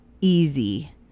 easy